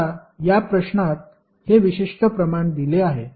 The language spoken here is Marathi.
आता या प्रश्नात हे विशिष्ट प्रमाण दिले आहे